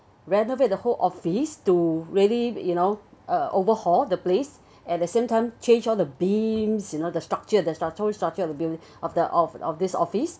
renovate the whole office to really you know uh overhaul the place at the same time change all the beams you know the structure the always structure of the building of the of of this office